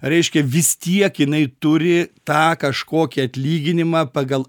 reiškia vis tiek jinai turi tą kažkokį atlyginimą pagal